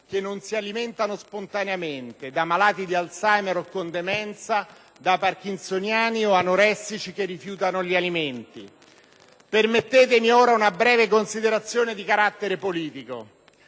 che non si alimentano spontaneamente: malati di Alzheimer o con demenza, parkinsoniani o anoressici che rifiutano gli alimenti. Permettetemi ora una breve considerazione di carattere politico: